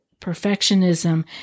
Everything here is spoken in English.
perfectionism